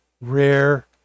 rare